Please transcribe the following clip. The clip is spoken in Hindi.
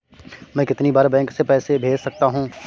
मैं कितनी बार बैंक से पैसे भेज सकता हूँ?